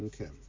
Okay